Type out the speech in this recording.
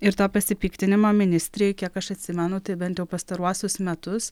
ir tą pasipiktinimą ministrei kiek aš atsimenu tai bent jau pastaruosius metus